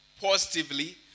positively